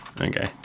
Okay